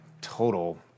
total